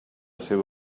seva